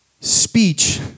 speech